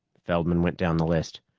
feldman went down the list.